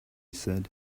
said